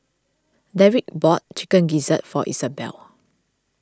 Derik bought Chicken Gizzard for Isabell